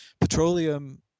petroleum